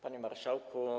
Panie Marszałku!